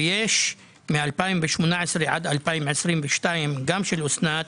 ויש מ-2018 עד 2022, גם של אוסנת,